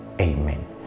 Amen